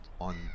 On